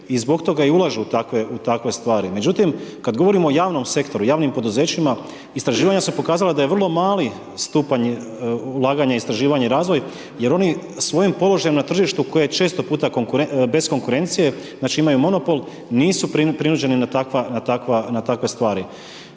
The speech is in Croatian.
i zbog toga i ulažu u takve stvari, međutim kad govorimo o javnom sektoru, javnim poduzećima, istraživanja su pokazala da je vrlo mali stupanj ulaganja istraživanja i razvoj jer oni svojim položajem na tržištu koje je često puta bez konkurencije, znači imaju monopol, nisu prinuđeni na takve stvari.